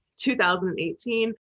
2018